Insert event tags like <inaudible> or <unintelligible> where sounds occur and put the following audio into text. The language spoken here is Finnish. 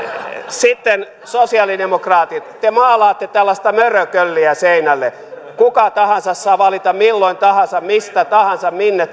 sitten sosialidemokraatit te maalaatte tällaista mörökölliä seinälle kuka tahansa saa valita milloin tahansa mistä tahansa minne <unintelligible>